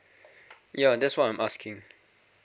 yeah that's what I'm asking